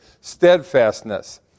Steadfastness